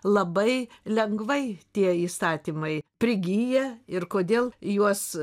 labai lengvai tie įstatymai prigyja ir kodėl juos